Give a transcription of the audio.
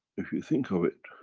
if you think of it,